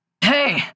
Hey